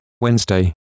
Wednesday